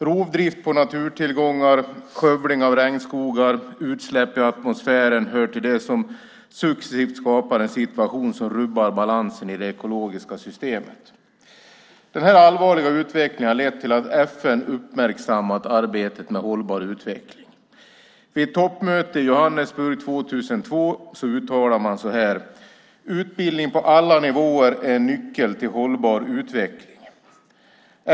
Rovdrift på naturtillgångar, skövling av regnskogar och utsläpp i atmosfären hör till det som successivt skapar en situation som rubbar balansen i det ekologiska systemet. Den här allvarliga utvecklingen har lett till att FN uppmärksammat arbetet med hållbar utveckling. Vid toppmötet i Johannesburg 2002 uttalade man att utbildning på alla nivåer är nyckeln till hållbar utveckling.